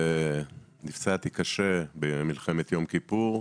נפצעתי קשה במלחמת יום כיפור,